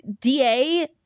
DA